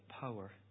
power